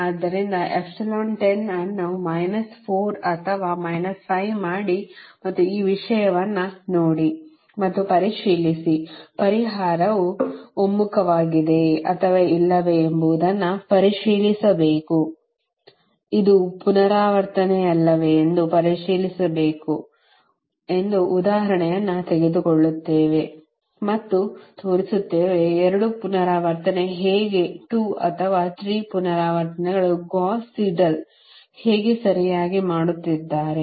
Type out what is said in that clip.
ಆದ್ದರಿಂದ ಎಪ್ಸಿಲಾನ್ 10 ಅನ್ನು ಮೈನಸ್ 4 ಅಥವಾ ಮೈನಸ್ 5 ಮಾಡಿ ಮತ್ತು ಈ ವಿಷಯವನ್ನು ನೋಡಿ ಮತ್ತು ಪರಿಶೀಲಿಸಿ ಪರಿಹಾರವು ಒಮ್ಮುಖವಾಗಿದೆಯೆ ಅಥವಾ ಇಲ್ಲವೇ ಎಂಬುದನ್ನು ಪರಿಶೀಲಿಸಬೇಕು ಇದು ಪುನರಾವರ್ತನೆಯಲ್ಲವೇ ಎಂದು ಪರಿಶೀಲಿಸಬೇಕು ಒಂದು ಉದಾಹರಣೆಯನ್ನು ತೆಗೆದುಕೊಳ್ಳುತ್ತೇವೆ ಮತ್ತು ತೋರಿಸುತ್ತೇವೆ 2 ಪುನರಾವರ್ತನೆ ಹೇಗೆ 2 ಅಥವಾ 3 ಪುನರಾವರ್ತನೆಗಳು ಗೌಸ್ ಸೀಡೆಲ್ ಹೇಗೆ ಸರಿಯಾಗಿ ಮಾಡುತ್ತಿದ್ದಾರೆ